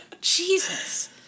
Jesus